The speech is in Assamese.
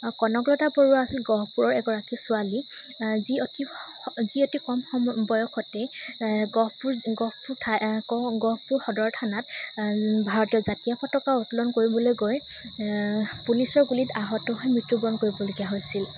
কনকলতা বৰুৱা আছিল গহপুৰৰ এগৰাকী ছোৱালী যি অতি যি অতি কম সম বয়সতে গহপুৰ গহপুৰ ঠাই গহ গহপুৰ সদৰথানাত ভাৰতীয় জাতীয় পতাকা উত্তোলন কৰিবলৈ গৈ পুলিচৰ গুলিত আহত হৈ মৃত্যুবৰণ কৰিবলগীয়া হৈছিল